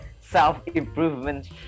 self-improvement